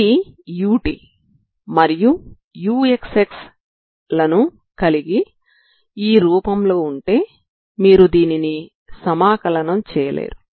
ఇది ut మరియు uxx లను కలిగి ఈ రూపంలో ఉంటే మీరు దీనిని సమాకలనం చేయలేరు